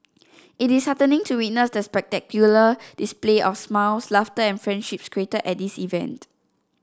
it is heartening to witness the spectacular display of smiles laughter and friendships created at this event